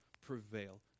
prevail